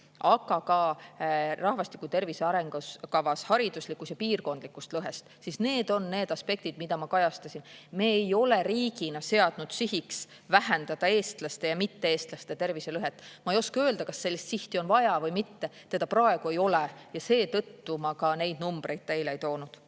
aga ka rahvastiku tervise arengukavas hariduslikust ja piirkondlikust lõhest, siis need on need aspektid, mida ma kajastasin. Me ei ole riigina seadnud sihiks vähendada eestlaste ja mitte-eestlaste terviselõhet. Ma ei oska öelda, kas sellist sihti on vaja või mitte. Seda praegu ei ole ja seetõttu ma ka neid numbreid välja ei toonud.